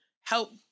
help